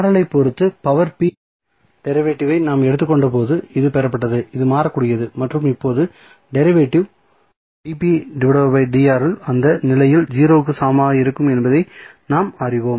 ஐ பொறுத்து பவர் இன் டெரிவேட்டிவை நாம் எடுத்துக்கொண்டபோது இது பெறப்பட்டது இது மாறக்கூடியது மற்றும் இப்போது டெரிவேட்டிவ் அந்த நிலையில் 0 க்கு சமமாக இருக்கும் என்பதை நாம் அறிவோம்